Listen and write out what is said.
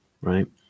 right